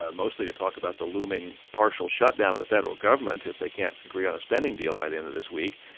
ah mostly to talk about the looming partial shutdown of the federal government if they can't agree on a spending deal by the end of this week,